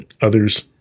others